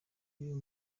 y’uyu